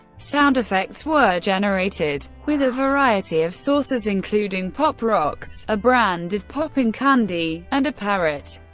sound effects were generated with a variety of sources including pop rocks a brand of popping candy and a parrot.